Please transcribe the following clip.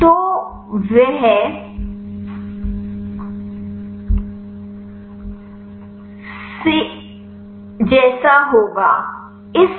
तो वह सेले जैसा होगा